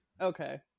Okay